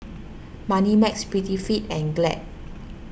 Moneymax Prettyfit and Glad